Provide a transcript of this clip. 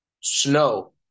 snow